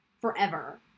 forever